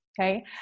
okay